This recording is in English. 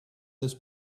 this